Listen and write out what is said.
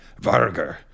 Vargr